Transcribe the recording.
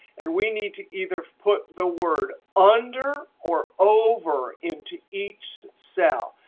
and we need to either put the word under or over into each cell.